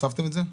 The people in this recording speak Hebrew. הוספתם את זה?